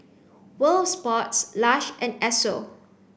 world of Sports Lush and Esso